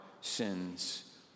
sins